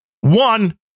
One